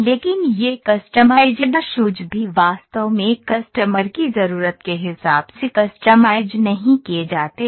लेकिन ये customised shoes भी वास्तव में कस्टमर की जरूरत के हिसाब से कस्टमाइज नहीं किए जाते हैं